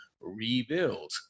rebuild